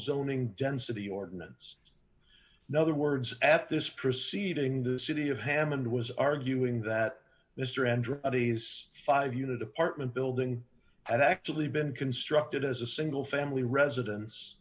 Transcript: zoning density ordinance no other words at this proceeding the city of hammond was arguing that mr andretti's five unit apartment building had actually been constructed as a single family residence